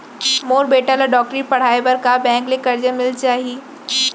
मोर बेटा ल डॉक्टरी पढ़ाये बर का बैंक ले करजा मिलिस जाही?